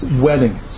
wedding